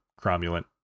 cromulent